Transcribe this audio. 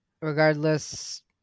regardless